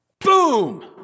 Boom